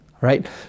right